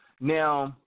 Now